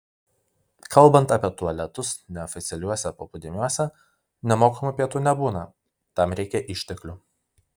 kalbant apie tualetus neoficialiuose paplūdimiuose nemokamų pietų nebūna tam reikia išteklių